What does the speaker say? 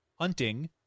hunting